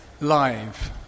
live